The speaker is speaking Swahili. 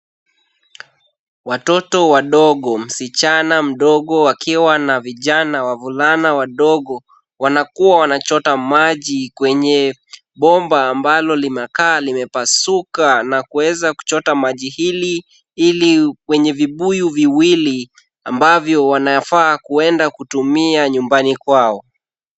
Watoto wadogo, msichana mdogo wakiwa na vijana wavulana wadogo, wanakuwa wanachota maji kwenye bomba ambalo linakaa limepasuka na kuweza kuchota maji hili, ili kwenye vibuyu viwili ambavyo wanafaa kuenda kutumia nyumbani kwao.